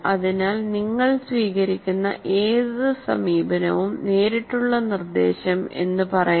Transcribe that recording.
അതിനാൽ നിങ്ങൾ സ്വീകരിക്കുന്ന ഏത് സമീപനവും നേരിട്ടുള്ള നിർദ്ദേശം എന്ന് പറയാം